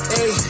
Hey